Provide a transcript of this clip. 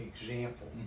example